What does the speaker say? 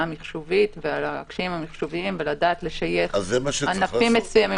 המיחשובית ועל הקשיים המיחשוביים ולדעת לשייך ענפים מסוימים